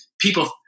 People